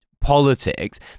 politics